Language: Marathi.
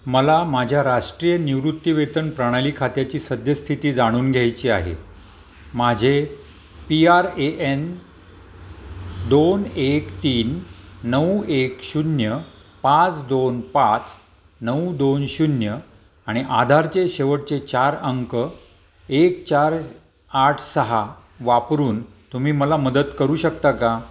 मला माझ्या राष्ट्रीय निवृत्तीवेतन प्रणाली खात्याची सद्यस्थिती जाणून घ्यायची आहे माझे पी आर ए एन दोन एक तीन नऊ एक शून्य पाच दोन पाच नऊ दोन शून्य आणि आधारचे शेवटचे चार अंक एक चार आठ सहा वापरून तुम्ही मला मदत करू शकता का